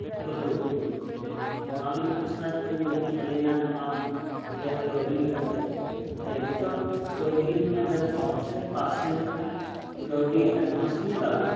auto ᱚᱱᱟᱞᱤᱧ ᱢᱮᱱ ᱥᱟᱱᱟᱭᱮᱫ ᱞᱤᱧᱟᱹ ᱟᱹᱞᱤᱧᱟᱜ ᱚᱱᱟ ᱨᱮᱭᱟᱜ ᱠᱟᱹᱣᱰᱤ ᱞᱮᱠᱟᱛᱮ ᱡᱮ ᱱᱤᱛᱳᱜ ᱠᱟᱹᱣᱰᱤ ᱟᱵᱮᱱ ᱚᱨᱫᱷᱮᱠ ᱯᱟᱨᱥᱮᱱ ᱠᱟᱹᱣᱰᱤ ᱮᱰᱵᱷᱟᱱᱥ ᱞᱤᱧ ᱮᱢᱟᱵᱤᱱᱟ